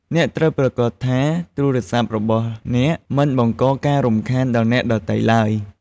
អ្នកត្រូវប្រាកដថាទូរស័ព្ទរបស់អ្នកមិនបង្កការរំខានដល់អ្នកដទៃទ្បើយ។